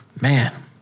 Man